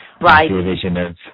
Right